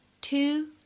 two